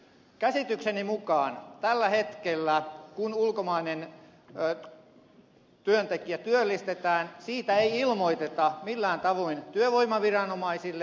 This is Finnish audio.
käsitykseni mukaan tällä hetkellä kun ulkomainen työntekijä työllistetään siitä ei ilmoiteta millään tavoin työvoimaviranomaisille